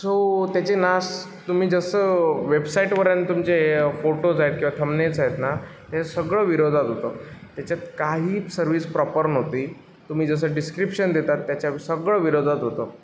so त्याचे नास् तुम्ही जसं वेबसाईटवर तुमचे फोटोज आहेत किंवा थंबनेल्स आहेत ना ते सगळं विरोधात होतं त्याच्यात काहीच सर्व्हिस प्रॉपर नव्हती तुम्ही जसं डिस्क्रीप्शन देतात त्याच्या सगळं विरोधात होतं